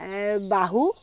এই বাহু